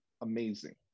amazing